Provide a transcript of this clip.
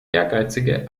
ehrgeizige